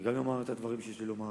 גם אני אומר את הדברים שיש לי לומר.